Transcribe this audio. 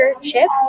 Chip